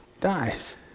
dies